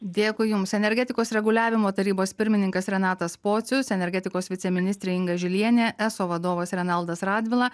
dėkui jums energetikos reguliavimo tarybos pirmininkas renatas pocius energetikos viceministrė inga žilienė eso vadovas renaldas radvila